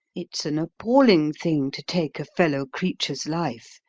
it's an appalling thing to take a fellow-creature's life,